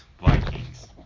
Vikings